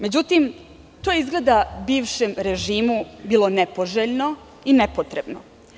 Međutim, to je izgleda bivšem režimu bilo nepoželjno i nepotrebno.